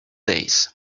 days